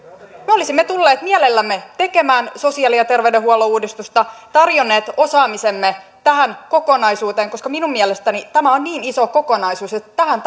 olisimme tulleet mielellämme tekemään sosiaali ja terveydenhuollon uudistusta tarjonneet osaamisemme tähän kokonaisuuteen koska minun mielestäni tämä on niin iso kokonaisuus että tähän